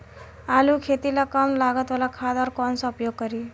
आलू के खेती ला कम लागत वाला खाद कौन सा उपयोग करी?